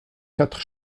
quatre